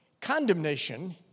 Condemnation